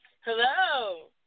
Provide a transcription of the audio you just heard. Hello